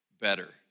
better